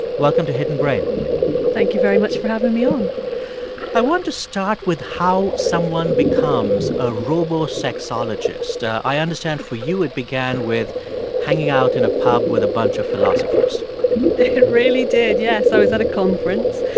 welcome to hidden brain thank you very much for having me on i want to start with how someone becomes a robo-sexologist. i understand for you, it began with hanging out in a pub with a bunch of philosophers it really did, yes. i was at a conference,